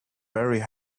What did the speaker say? very